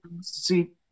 see